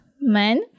men